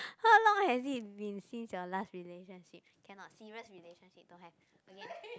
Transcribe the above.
how long has it been since your last relationship cannot serious relationship don't have okay